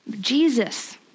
Jesus